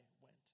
went